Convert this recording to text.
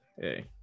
hey